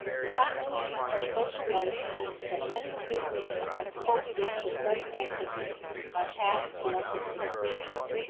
the continuity of social life means that many of these meanings are contributed to present activity by past collective experience.